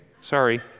sorry